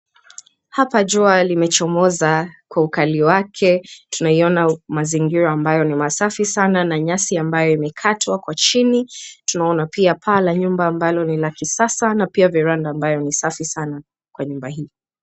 Hapa jua limechomoza kwa ukali wake tunaiona mazingira masafi sana na nyasi ambayo imekatwa, kwa chini pia tunaona paa la nyumba ambalo ni la kisasa pia veranda ambayo ni safi sana kwa nyumba hii.